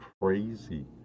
crazy